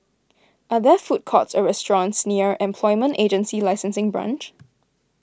are there food courts or restaurants near Employment Agency Licensing Branch